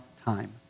time